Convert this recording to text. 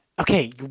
Okay